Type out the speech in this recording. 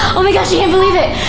oh my gosh, i can't believe it!